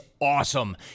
awesome